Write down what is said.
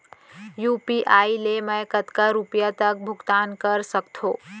UPI ले मैं कतका रुपिया तक भुगतान कर सकथों